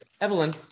Evelyn